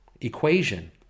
equation